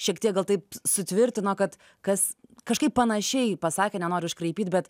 šiek tiek gal taip su tvirtino kad kas kažkaip panašiai pasakė nenoriu iškraipyt bet